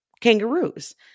kangaroos